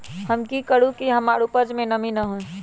हम की करू की हमार उपज में नमी होए?